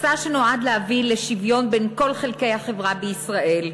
מסע שנועד להביא לשוויון בין כל חלקי החברה בישראל,